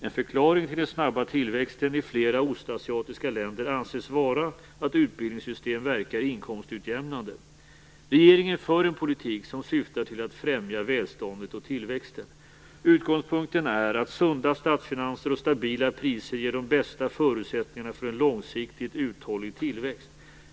En förklaring till den snabba tillväxten i flera ostasiatiska länder anses vara att utbildningssystem verkar inkomstutjämnande. Regeringen för en politik som syftar till att främja välståndet och tillväxten. Utgångspunkten är att sunda statsfinanser och stabila priser ger de bästa förutsättningarna för en långsiktigt uthållig tillväxt.